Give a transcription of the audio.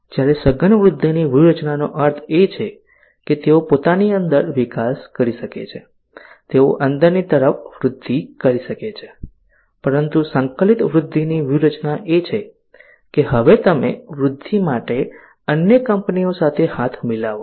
જ્યારે સઘન વૃદ્ધિની વ્યૂહરચનાનો અર્થ એ છે કે તેઓ પોતાની અંદર વિકાસ કરી શકે છે તેઓ અંદરની તરફ વૃદ્ધિ કરી શકે છે પરંતુ સંકલિત વૃદ્ધિની વ્યૂહરચના એ છે કે હવે તમે વૃદ્ધિ માટે અન્ય કંપનીઓ સાથે હાથ મિલાવો